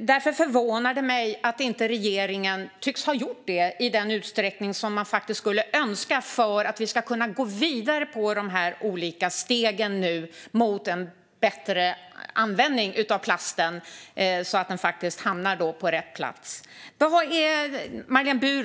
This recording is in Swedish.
Det förvånar mig att regeringen inte tycks ha gjort det i den utsträckning som man skulle önska för att vi ska kunna gå vidare med de olika stegen mot en bättre användning av plasten, så att den faktiskt hamnar på rätt plats.